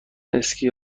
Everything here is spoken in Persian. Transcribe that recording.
اسکی